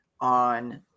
on